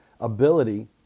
ability